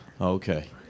Okay